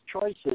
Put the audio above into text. choices